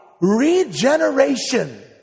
regeneration